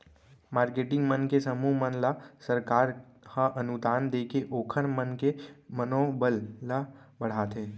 marketing मन के समूह मन ल सरकार ह अनुदान देके ओखर मन के मनोबल ल बड़हाथे